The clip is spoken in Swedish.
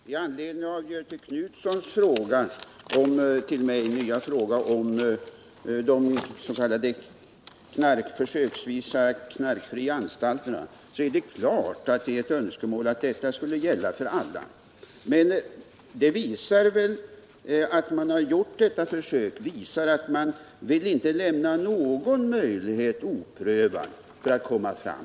Herr talman! Med anledning av Göthe Knutsons nya fråga till mig om s.k. försöksvis knarkfria anstalter vill jag säga, att det självfallet är önskvärt att alla anstalter är fria från narkotika. Men att man gjort detta försök visar ändå att man inte vill lämna någon möjlighet oprövad för att nå resultat.